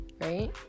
right